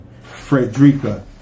Frederica